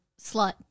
slut